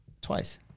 twice